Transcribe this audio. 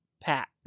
Pat